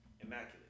immaculate